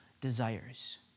desires